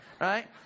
right